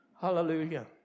Hallelujah